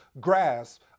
grasp